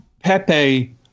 Pepe